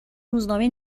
روزنامه